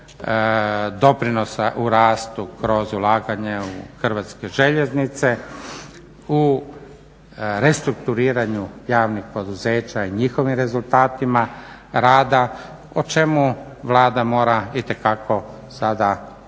doprinosa u rastu kroz ulaganja u Hrvatske željeznice, u restrukturiranju javnih poduzeća i njihovim rezultatima rada o čemu Vlada mora itekako sada to